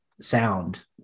sound